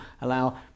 allow